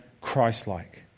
Christ-like